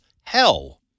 hell